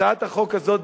הצעת החוק הזאת,